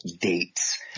dates